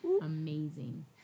Amazing